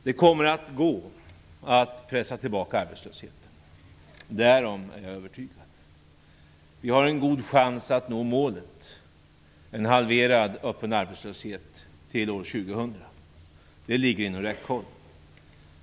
Det kommer att gå att pressa tillbaka arbetslösheten; därom är jag övertygad. Vi har en god chans att nå målet, en halverad öppen arbetslöshet till år 2000. Det ligger inom räckhåll.